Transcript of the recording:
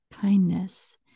kindness